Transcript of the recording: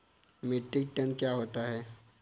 Metric ton क्या होता है?